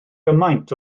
gymaint